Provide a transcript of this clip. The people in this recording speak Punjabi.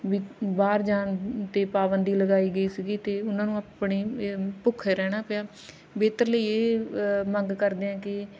ਵੀ ਬਾਹਰ ਜਾਣ 'ਤੇ ਪਾਬੰਦੀ ਲਗਾਈ ਗਈ ਸੀਗੀ ਅਤੇ ਉਹਨਾਂ ਨੂੰ ਆਪਣੀ ਇਹ ਭੁੱਖੇ ਰਹਿਣਾ ਪਿਆ ਬਿਹਤਰ ਲਈ ਇਹ ਮੰਗ ਕਰਦੇ ਹਾਂ ਕਿ